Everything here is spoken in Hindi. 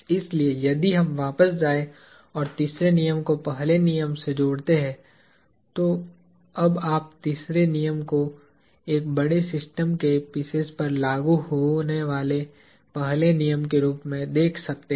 इसलिए यदि हम वापस जाएं और तीसरे नियम को पहले नियम से जोड़ते हैं तो अब आप तीसरे नियम को एक बड़े सिस्टम के पीसेज पर लागू होने वाले पहले नियम के रूप में देख सकते हैं